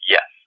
Yes